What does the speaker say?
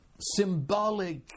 symbolic